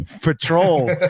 patrol